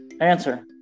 Answer